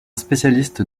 spécialiste